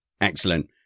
Excellent